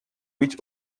which